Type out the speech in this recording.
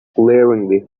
glaringly